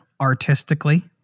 artistically